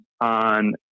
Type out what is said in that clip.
on